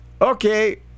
Okay